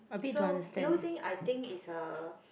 so do you think I think is a